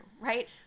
right